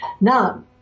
Now